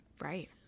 Right